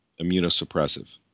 immunosuppressive